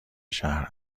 شهر